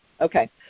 Okay